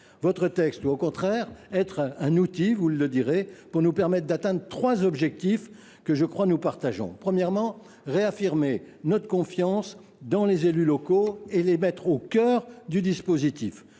Votre texte doit au contraire être un outil pour nous permettre d’atteindre trois objectifs que nous partageons : premièrement, réaffirmer notre confiance envers les élus locaux et les mettre au cœur du dispositif